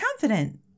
confident